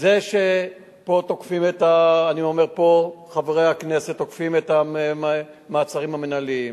זה שפה חברי הכנסת תוקפים את המעצרים המינהליים,